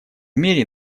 мере